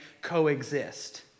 coexist